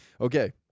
Okay